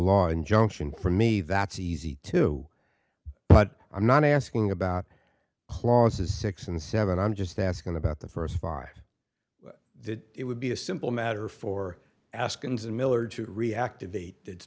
injunction for me that's easy to but i'm not asking about clauses six and seven i'm just asking about the first five that it would be a simple matter for ask and miller to reactivate it